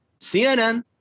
CNN